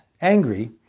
angry